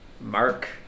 mark